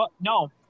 No